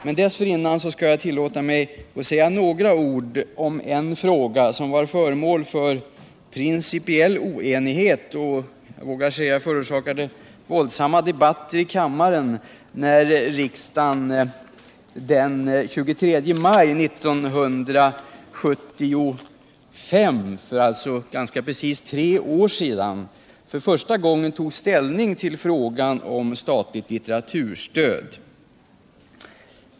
Men dessförinnan skall jag tillåta mig att anföra några ord om en fråga som varit föremål för principiell ocnighet och, vågar jag säga, förorsakade våldsamma debatter i kammaren när riksdagen den 23 maj 19735 — alltså för ganska precis tre år sedan — första gången tog ställning till frågan om statligt litteraturstöd.